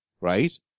Right